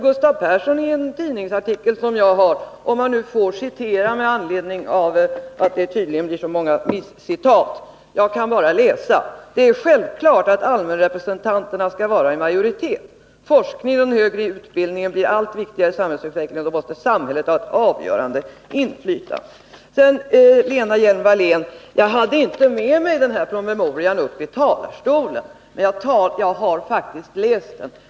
Gustav Persson säger i en tidningsartikel — om man nu, mot bakgrund av att det tydligen blir så många missuppfattningar, får citera: ”Det är självklart att allmänrepresentanterna skall vara i majoritet. Forskningen och den högre utbildningen blir allt viktigare i samhällsutvecklingen, och då måste samhället ha ett avgörande inflytande.” Sedan: Jag hade inte med mig den här promemorian upp i talarstolen, men jag har faktiskt läst den.